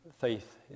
faith